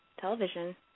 television